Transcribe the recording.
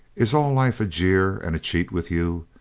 is all life a jeer and a cheat with you?